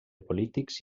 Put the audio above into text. polítics